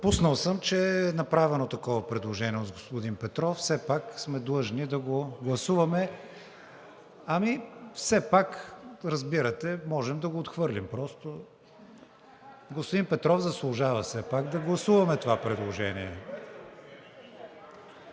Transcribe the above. Пропуснал съм, че е направено такова предложение от господин Петров, все пак сме длъжни да го гласуваме. (Шум и реплики.) Все пак, разбирате, можем да го отхвърлим. Господин Петров заслужава все пак да гласуваме това предложение.